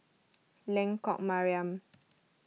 Lengkok Mariam